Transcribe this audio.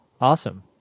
Awesome